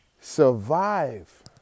survive